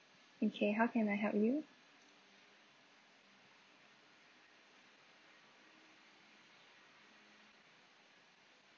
okay how can I help you